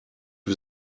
was